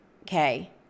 okay